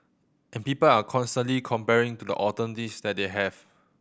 and people are constantly comparing to the alternatives that they have